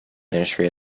industry